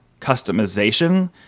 customization